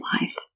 life